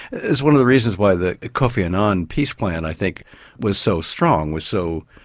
it's one of the reasons why the kofi annan peace plan i think was so strong, was so,